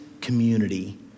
community